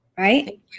right